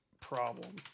problem